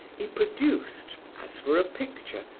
he produced, as for a picture,